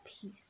peace